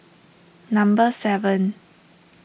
number seven